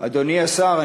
אדוני השר,